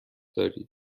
دارید